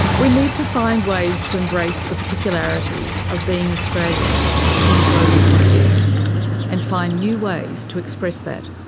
we need to find ways to embrace the particularity of being australian in a global context and find new ways to express that.